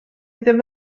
ddim